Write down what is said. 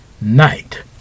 night